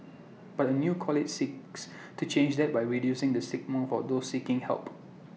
but A new college seeks to change that by reducing the stigma for those seeking help